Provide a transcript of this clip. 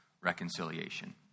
reconciliation